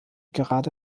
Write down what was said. gerade